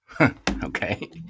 okay